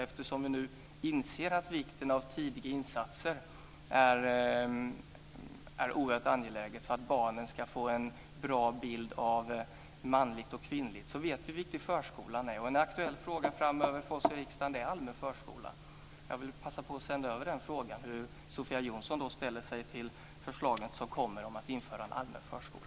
Eftersom vi nu inser att tidiga insatser är oerhört angeläget för att barnen ska få en bra bild av manligt och kvinnligt, vet vi hur viktig förskolan är. En aktuell fråga framöver för oss i riksdagen är allmän förskola. Jag vill passa på att sända över den frågan till Sofia Jonsson. Hur ställer sig Sofia Jonsson till förslaget som kommer om att införa en allmän förskola?